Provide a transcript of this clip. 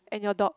and your dog